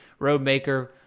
Roadmaker